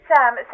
Sam